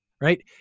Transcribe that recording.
right